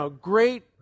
great